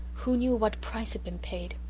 who knew what price had been paid?